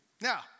Now